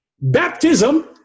Baptism